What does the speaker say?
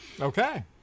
okay